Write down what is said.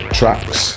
tracks